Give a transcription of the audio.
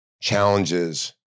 challenges